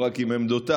ולא רק עם עמדותיו,